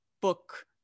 book